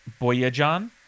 Boyajan